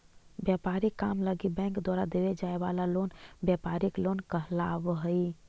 व्यापारिक काम लगी बैंक द्वारा देवे जाए वाला लोन व्यापारिक लोन कहलावऽ हइ